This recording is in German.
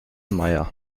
maier